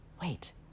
wait